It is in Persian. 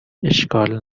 اشکال